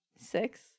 Six